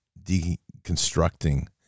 deconstructing